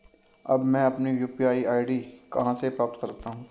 अब मैं अपनी यू.पी.आई आई.डी कहां से प्राप्त कर सकता हूं?